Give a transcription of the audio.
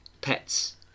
pets